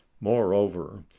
moreover